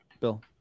Bill